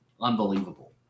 unbelievable